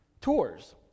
tours